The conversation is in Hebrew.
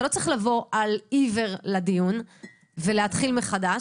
אתה לא צריך לבוא על-עיוור לדיון ולהתחיל מחדש.